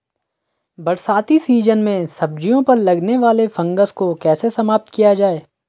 बरसाती सीजन में सब्जियों पर लगने वाले फंगस को कैसे समाप्त किया जाए?